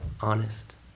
honest